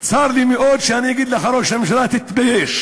צר לי מאוד שאני אגיד לך ראש הממשלה: תתבייש.